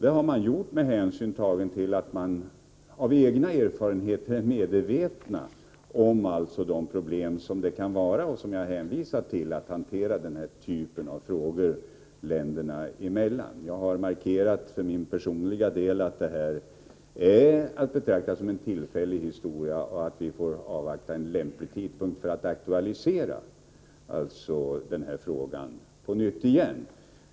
Det har man gjort på grund av att man är medveten om problemen, som jag också hänvisade till. Jag har för min personliga del markerat att detta är att betrakta som en tillfällig historia och att vi bör avvakta en lämplig tidpunkt för att på nytt aktualisera frågan.